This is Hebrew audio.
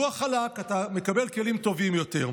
לוח חלק, אתה מקבל כלים טובים יותר.